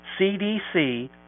CDC